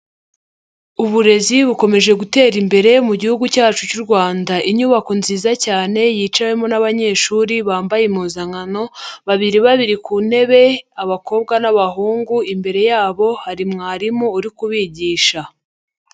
Uburezi bukomeje gutera imbere mu gihugu cyacu cy'u Rwanda. Inyubako nziza cyane yicawemo n'abanyeshuri bambaye impuzankano babiri babiri ku ntebe abakobwa n'abahungu, imbere yabo hari mwarimu uri kubigisha.